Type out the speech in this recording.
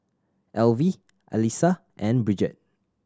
Alvie Alysa and Bridget